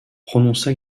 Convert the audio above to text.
prononça